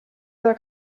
other